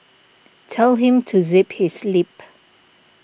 tell him to zip his lip